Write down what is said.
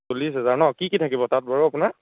চল্লিছ হাজাৰ ন কি কি থাকিব তাত বাৰু আপোনাৰ